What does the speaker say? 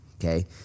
okay